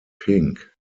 pink